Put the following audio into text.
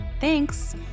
Thanks